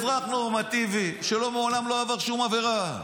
אזרח נורמטיבי שמעולם לא עבר שום עבירה,